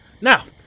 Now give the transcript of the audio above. Now